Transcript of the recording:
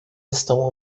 estão